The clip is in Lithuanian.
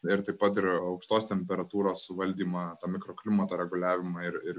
ir taip pat ir aukštos temperatūros valdymą tą mikroklimato reguliavimą ir ir